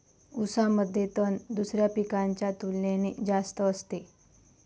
ऊसामध्ये तण दुसऱ्या पिकांच्या तुलनेने जास्त असते